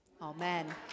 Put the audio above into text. Amen